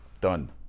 Done